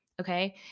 okay